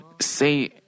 say